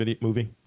movie